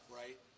right